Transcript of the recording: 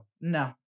no